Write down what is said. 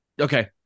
Okay